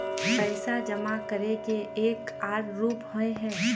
पैसा जमा करे के एक आर रूप होय है?